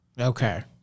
Okay